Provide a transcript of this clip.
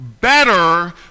better